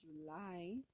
July